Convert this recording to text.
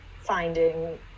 finding